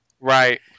Right